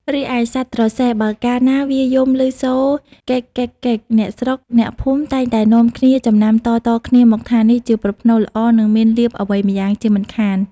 រីឯសត្វត្រសេះ បើកាលណាវាយំឮសូរ កិក ! កិក ! កិក ! អ្នកស្រុកអ្នកភូមិតែងតែនាំគ្នាចំណាំតៗគ្នាមកថា នេះជាប្រផ្នូលល្អ នឹងមានលាភអ្វីម្យ៉ាងជាមិនខាន។